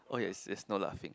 oh yes yes no laughing